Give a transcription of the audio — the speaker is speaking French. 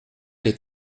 les